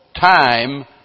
time